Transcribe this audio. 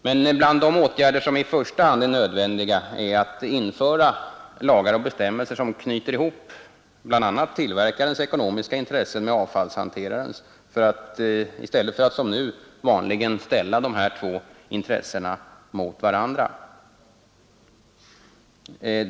Men bland de åtgärder som i första hand är nödvändiga är att införa lagar och bestämmelser som knyter ihop bl.a. tillverkarens ekonomiska intressen med avfallshanterarens i stället för att som nu vanligen ställa de här två intressena mot varandra.